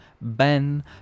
Ben